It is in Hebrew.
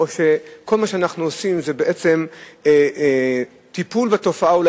או שכל מה שאנחנו עושים זה בעצם אולי קצת טיפול בתופעה,